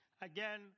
Again